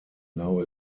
now